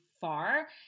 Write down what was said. far